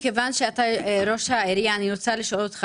מכיוון שאתה ראש העירייה אני רוצה לשאול אותך